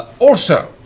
also,